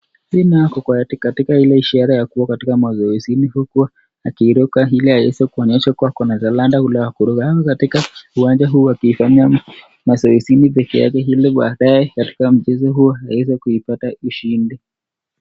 Huyu naye ako katika ila ishara ya kuwa katika mazoezini huku akiruka ili aweze kuonyesha kuwa ako na talanta ule wa kuruka. Soko katika uwanja huu akifanya mazoezini peke yake ili baadaye katika mchezo huo aweze kuipata ushindi.